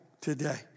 today